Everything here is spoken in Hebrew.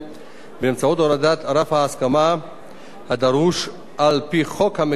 באמצעות הורדת רף ההסכמה הדרוש על-פי חוק המקרקעין,